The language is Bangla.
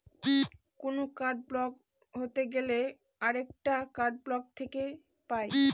কোনো কার্ড ব্লক হতে গেলে আরেকটা কার্ড ব্যাঙ্ক থেকে পাই